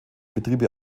betriebe